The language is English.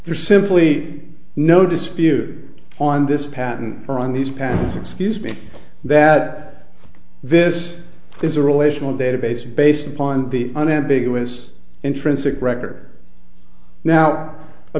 there's simply no dispute on this patent or on these patents excuse me that this is a relational database based upon the unambiguous intrinsic record now